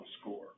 score